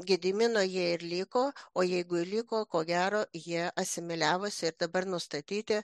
gedimino jie ir liko o jeigu ir liko ko gero jie asimiliavosi ir dabar nustatyti